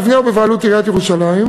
המבנה הוא בבעלות עיריית ירושלים,